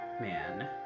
man